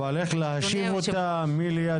איך להושיב אותם, מי ישב ליד מי?